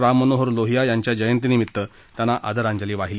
राममनोहर लोहिया यांच्या जयंतीनिमित्त त्यांना आदरांजली वाहिली